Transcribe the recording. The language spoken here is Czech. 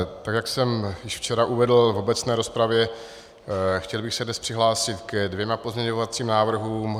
Tak jak jsem již včera uvedl v obecné rozpravě, chtěl bych se dnes přihlásit k dvěma pozměňovacím návrhům.